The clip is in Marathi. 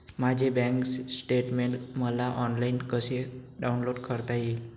माझे बँक स्टेटमेन्ट मला ऑनलाईन कसे डाउनलोड करता येईल?